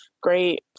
great